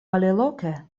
aliloke